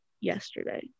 yesterday